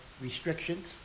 restrictions